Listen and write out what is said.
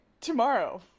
tomorrow